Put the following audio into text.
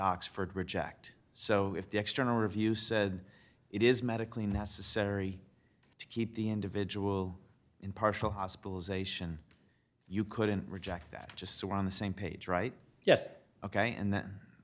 oxford reject so if the external review said it is medically necessary to keep the individual in partial hospitalization you couldn't reject that just so on the same page right yes ok and th